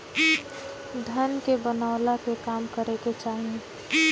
धन के बनवला के काम करे के चाही